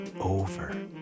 over